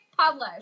publish